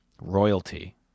royalty